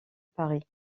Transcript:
paris